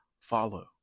Follow